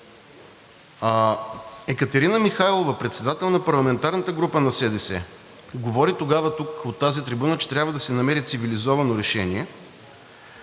Екатерина Михайлова – председател на парламентарната група на СДС, говори тогава тук, от тази трибуна, че трябва да се намери цивилизовано решение